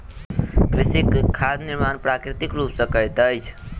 कृषक खाद निर्माण प्राकृतिक रूप सॅ करैत अछि